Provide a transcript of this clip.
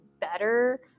better